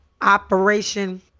operation